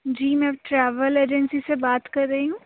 جی میں travel agency سے بات کر رہی ہوں